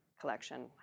collection